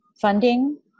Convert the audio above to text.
funding